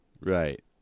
right